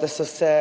da so se